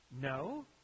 No